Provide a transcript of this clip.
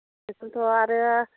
बेखौथ' आरो